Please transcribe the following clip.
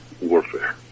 warfare